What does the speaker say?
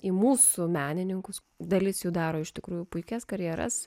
į mūsų menininkus dalis jų daro iš tikrųjų puikias karjeras